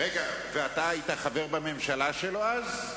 ואתה היית חבר בממשלה שלו אז?